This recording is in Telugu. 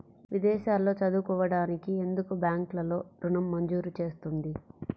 విదేశాల్లో చదువుకోవడానికి ఎందుకు బ్యాంక్లలో ఋణం మంజూరు చేస్తుంది?